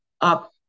up